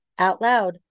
OUTLOUD